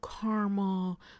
caramel